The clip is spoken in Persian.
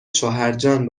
شوهرجان